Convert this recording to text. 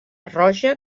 roja